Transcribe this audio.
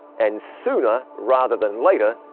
and sooner, rather than later,